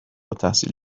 التحصیل